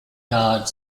garde